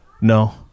no